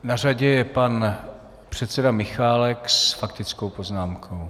Na řadě je pan předseda Michálek s faktickou poznámkou.